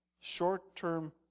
short-term